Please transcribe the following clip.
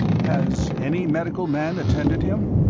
has any medical man attended him?